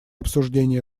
обсуждения